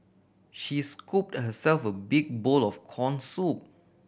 she scooped herself a big bowl of corn soup